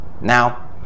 Now